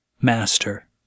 master